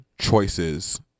choices